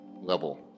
level